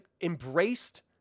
embraced